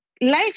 life